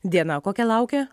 diena kokia laukia